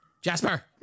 Jasper